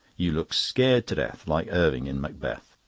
you look scared to death, like irving in macbeth.